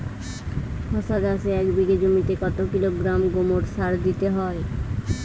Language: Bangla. শশা চাষে এক বিঘে জমিতে কত কিলোগ্রাম গোমোর সার দিতে হয়?